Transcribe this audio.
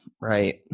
Right